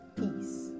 peace